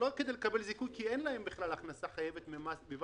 כדי לקבל זיכוי, כי אין להם בכלל הכנסה חייבת במס.